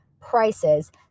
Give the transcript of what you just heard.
prices